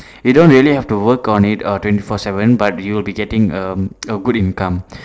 you don't really have to work on it err twenty four seven but you will be getting um a good income